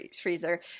freezer